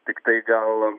tiktai gal